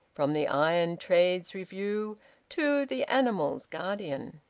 from the iron-trades review to the animals' guardian.